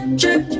trip